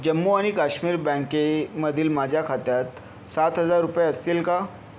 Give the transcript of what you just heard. जम्मू आणि काश्मीर बँकेमधील माझ्या खात्यात सात हजार रुपये असतील का